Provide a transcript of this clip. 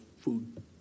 food